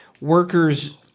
workers